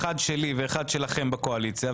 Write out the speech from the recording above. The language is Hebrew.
אחד שלי ואחד שלכם בקואליציה,